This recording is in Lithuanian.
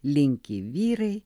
linki vyrai